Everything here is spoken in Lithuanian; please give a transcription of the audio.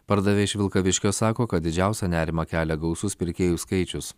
pardavėja iš vilkaviškio sako kad didžiausią nerimą kelia gausus pirkėjų skaičius